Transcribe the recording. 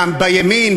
בימין,